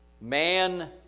Man